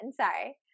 sorry